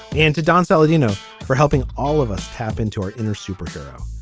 and to don saladino for helping all of us tap into our inner superhero.